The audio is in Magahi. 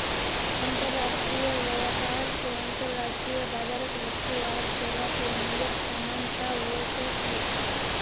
अंतर्राष्ट्रीय व्यापार स अंतर्राष्ट्रीय बाजारत वस्तु आर सेवाके मूल्यत समानता व स छेक